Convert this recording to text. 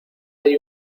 hay